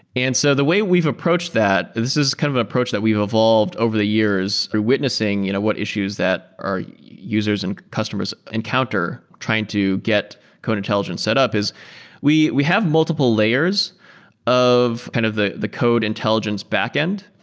and so the way we've approached that is this kind of approach that we've evolved over the years through witnessing you know what issues that our users and customers encounter trying to get code intelligence set up, is we we have multiple layers of kind of the the code intelligence backend.